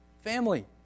Family